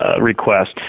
request